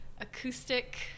acoustic